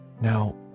now